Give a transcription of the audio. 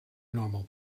normal